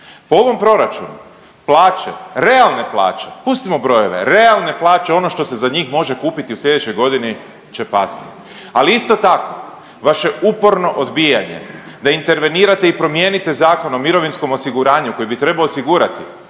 Po ovom proračunu plaće, realne plaće, pustimo brojeve, realne plaće, ono što se za njih može kupiti u sljedećoj godini će pasti. Ali isto tako, vaše uporno odbijanje da intervenirate i promijenite Zakon o mirovinskom osiguranju koji bi trebao osigurati